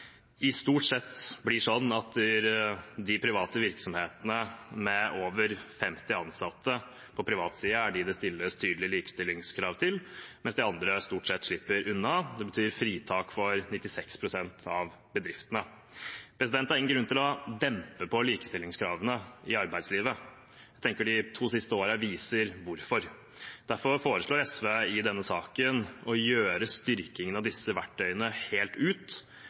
stort sett er de private virksomhetene med over 50 ansatte det stilles tydelige likestillingskrav til, mens de andre slipper unna. Det betyr fritak for 96 pst. av bedriftene. Det er ingen grunn til å dempe likestillingskravene i arbeidslivet. Jeg tenker de to siste årene viser hvorfor. Derfor foreslår SV i denne saken å styrke disse verktøyene helt ut,